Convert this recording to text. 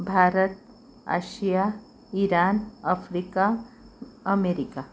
भारत आशिया Iran Africa America